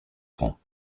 francs